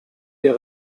der